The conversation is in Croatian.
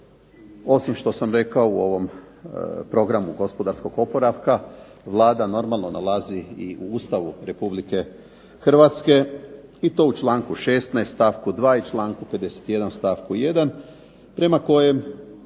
osim što sam rekao u ovom programu gospodarskog oporavka Vlada normalno nalazi i u Ustavu RH i to u čl. 16. stavku 2. i članku 51. stavku 1. prema kojem